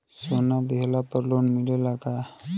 सोना दिहला पर लोन मिलेला का?